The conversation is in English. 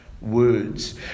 words